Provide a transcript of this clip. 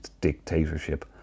dictatorship